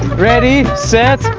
ready, set,